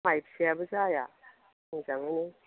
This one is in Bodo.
माइ फिसायाबो जाया मोजाङैनो